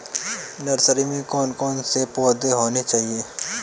Nursery में कौन कौन से पौधे होने चाहिए?